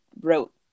wrote